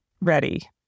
ready